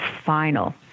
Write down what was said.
final